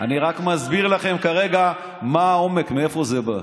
אני רק מסביר לכם כרגע מה העומק, מאיפה זה בא.